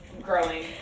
growing